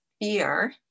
fear